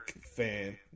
fan